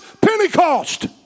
Pentecost